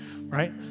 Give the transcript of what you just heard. right